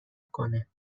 کنه